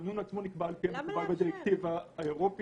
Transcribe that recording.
המינון עצמו נקבע על-ידי הדירקטיבה האירופית.